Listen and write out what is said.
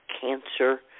cancer